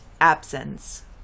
absence